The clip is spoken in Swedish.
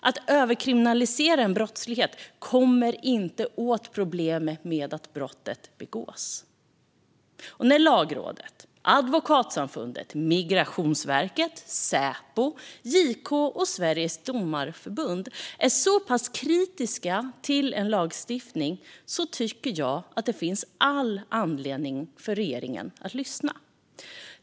Att överkriminalisera en brottslighet kommer inte åt problemet med att brottet begås. När Lagrådet, Advokatsamfundet, Migrationsverket, Säpo, JK, Sveriges Domareförbund är så pass kritiska till en lagstiftning tycker jag att det finns all anledning för regeringen att lyssna.